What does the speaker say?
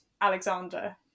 Alexander